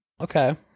okay